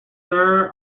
sir